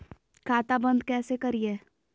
खाता बंद कैसे करिए?